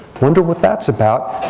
wonder what that's about?